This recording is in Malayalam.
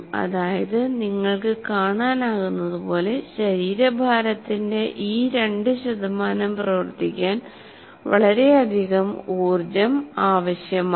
അതായത് നിങ്ങൾക്ക് കാണാനാകുന്നതുപോലെ ശരീരഭാരത്തിന്റെ ഈ 2 പ്രവർത്തിക്കാൻ വളരെയധികം ഊർജ്ജം ആവശ്യമാണ്